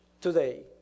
today